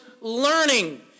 learning